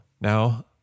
Now